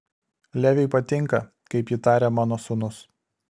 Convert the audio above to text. leviui patinka kaip ji taria mano sūnus